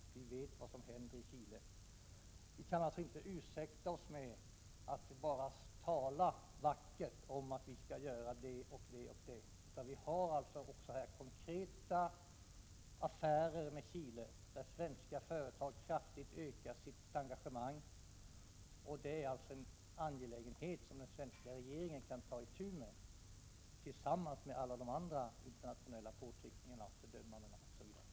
Vi vet vad som händer i Chile. Vi kan alltså inte ursäkta oss och bara tala vackert om att vi skall göra det och det. Vi bedriver affärer med Chile, där svenska företag kraftigt ökar sitt engagemang. Det är en angelägenhet som den svenska regeringen kan ta itu med vid sidan om de andra internationella påtryckningarna, fördömandena m.m.